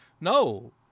no